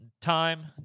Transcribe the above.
time